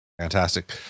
Fantastic